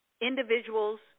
individuals